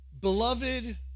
beloved